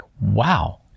wow